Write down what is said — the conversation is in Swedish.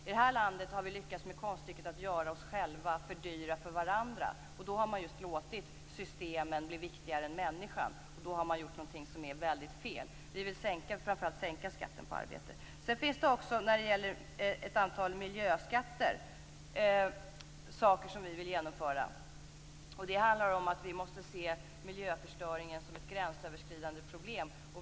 I det här landet har vi lyckats med konststycket att göra oss själva för dyra för varandra. Då har man just låtit systemen bli viktigare än människan, och då har man gjort någonting som är väldigt fel. Vi vill framför allt sänka skatten på arbete. När det gäller ett antal miljöskatter finns det saker som vi vill genomföra. Det handlar om att vi måste se miljöförstöringen som ett gränsöverskridande problem.